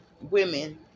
women